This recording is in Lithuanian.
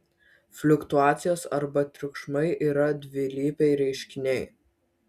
fliuktuacijos arba triukšmai yra dvilypiai reiškiniai